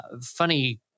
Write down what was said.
funny